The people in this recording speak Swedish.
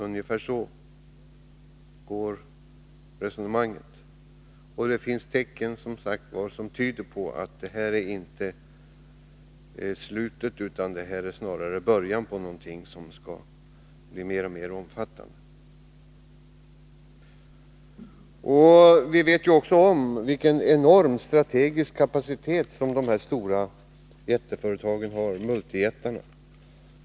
Ungefär så resonerar man. Det finns, som sagt, tecken som tyder på att det inte är fråga om slutet utan snarare början på något som skall bli mer och mer omfattande. Vidare känner vi till vilken enorm strategisk kapacitet jätteföretagen, multijättarna, har.